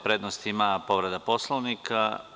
Prednost ima povreda Poslovnika.